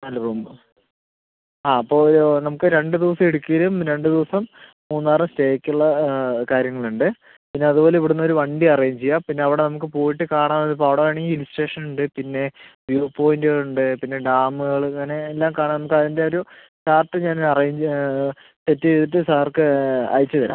അല്ല പോ ആ അപ്പോൾ ഒരു നമുക്ക് രണ്ട് ദിവസം ഇടുക്കിയിലും രണ്ട് ദിവസം മൂന്നാറും സ്റ്റേയ്ക്കുള്ള കാര്യങ്ങൾ ഉണ്ട് പിന്നെ അതുപോലെ ഇവിടെനിന്ന് ഒരു വണ്ടി അറേഞ്ച് ചെയ്യാം പിന്നെ അവിടെ നമുക്ക് പോയിട്ട് കാണാൻ ഇത് ഇപ്പം അവിടെ വേണമെങ്കിൽ ഹിൽ സ്റ്റേഷൻ ഉണ്ട് പിന്നെ വ്യൂ പോയിന്റുകൾ ഉണ്ട് പിന്നെ ഡാമുകൾ അങ്ങനെ എല്ലാം കാണാം നമുക്ക് അതിൻ്റെ ഒരു ചാർട്ട് ഞാൻ അറേഞ്ച് സെറ്റ് ചെയ്തിട്ട് സാർക്ക് അയച്ച് തരാം